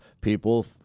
People